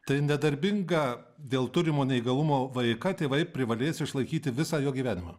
tai nedarbinga dėl turimo neįgalumo vaiką tėvai privalės išlaikyti visą jo gyvenimą